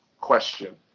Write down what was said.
question